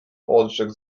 odrzekł